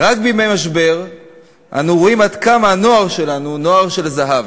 רק בימי משבר אנו רואים עד כמה הנוער שלנו נוער של זהב.